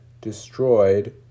destroyed